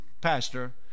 pastor